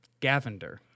Gavender